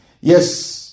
Yes